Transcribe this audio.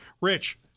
Rich